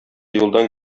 юлдан